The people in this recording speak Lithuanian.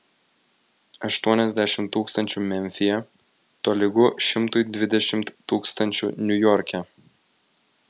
aštuoniasdešimt tūkstančių memfyje tolygu šimtui dvidešimt tūkstančių niujorke